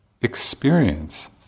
experience